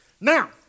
Now